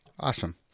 Awesome